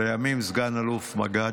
לימים סגן אלוף, מג"ד,